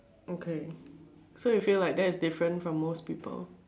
okay so you feel like that's different from most people